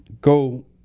go